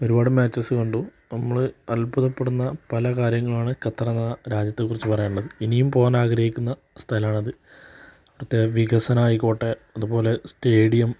ഒരുപാട് മാച്ചസ് കണ്ടു അപ്പം നമ്മൾ അത്ഭുതപ്പെടുന്ന പല കാര്യങ്ങളാണ് ഖത്തറെന്ന രാജ്യത്തെക്കുറിച്ച് പറയാനുള്ളത് ഇനിയും പോവാൻ ആഗ്രഹിക്കുന്ന സ്ഥലമാണത് അവിടുത്തെ വികസനമായിക്കോട്ടെ അതുപോലെ സ്റ്റേഡിയം